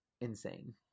insane